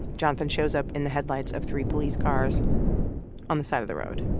jonathan shows up in the headlights of three police cars on the side of the road.